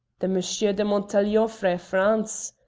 the monsher de montaiglon frae france,